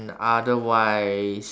otherwise